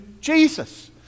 Jesus